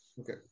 Okay